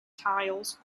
tiles